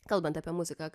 kalbant apie muziką